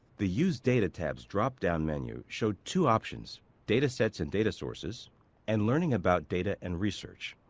the use data tabs drop-down menu showed two options data sets and data sources and learning about data and research.